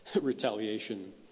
retaliation